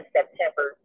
September